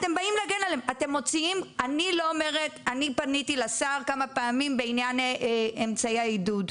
אני פניתי לשר כמה פעמים בעניין אמצעי העידוד.